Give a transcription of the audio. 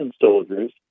Soldiers